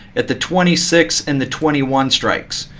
at the twenty six and the twenty one strikes.